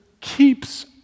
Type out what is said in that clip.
keeps